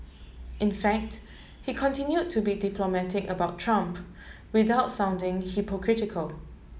in fact he continued to be diplomatic about Trump without sounding hypocritical